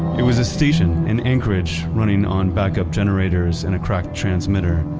it was a station in anchorage running on backup generators and a cracked transmitter.